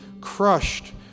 crushed